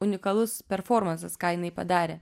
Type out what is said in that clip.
unikalus performansas ką jinai padarė